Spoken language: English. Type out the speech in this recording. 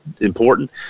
important